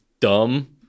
dumb